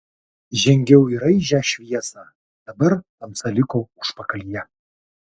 žengiau į raižią šviesą dabar tamsa liko užpakalyje